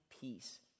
peace